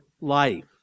life